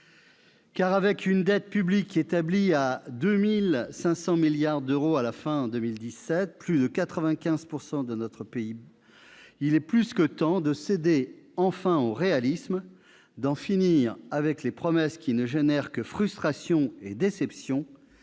Car avec une dette publique établie à 2 500 milliards d'euros à la fin de l'année 2017, soit plus de 95 % de notre PIB, il est plus que temps de céder enfin au réalisme, d'en finir avec les promesses qui n'engendrent que frustrations et déceptions,